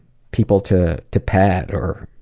people to to pet or